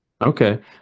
okay